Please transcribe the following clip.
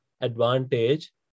advantage